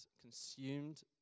consumed